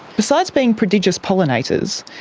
besides being prodigious pollinators,